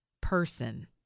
person